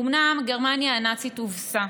אומנם גרמניה הנאצית הובסה,